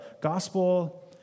gospel